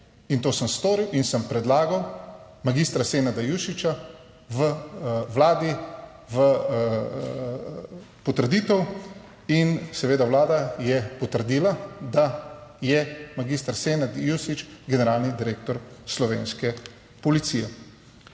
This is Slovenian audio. To sem storil in sem predlagal mag. Senada Jušića Vladi v potrditev in Vlada je potrdila, da je mag. Senad Jušić generalni direktor slovenske policije.